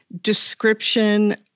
description